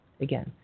Again